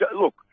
look